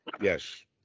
yes